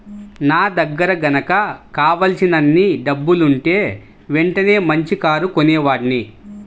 నా దగ్గర గనక కావలసినన్ని డబ్బులుంటే వెంటనే మంచి కారు కొనేవాడ్ని